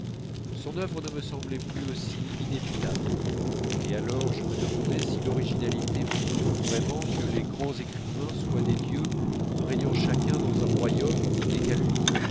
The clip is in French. son œuvre ne me semblait plus aussi inévitable et alors je me demandais si l'originalité prouve vraiment que les grands écrivains soient des dieux régnant chacun dans un royaume qui n'est qu'à lui